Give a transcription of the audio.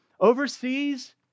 overseas